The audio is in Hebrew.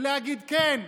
ולהגיד: כן,